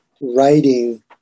writing